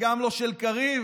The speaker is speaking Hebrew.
וגם לא של קריב.